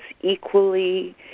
equally